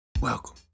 Welcome